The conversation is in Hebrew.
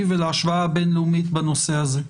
ולהשוואה הבין-לאומית בנושא הזה.